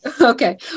Okay